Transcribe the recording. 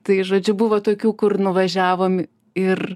tai žodžiu buvo tokių kur nuvažiavom ir